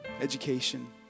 education